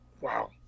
Wow